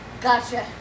Gotcha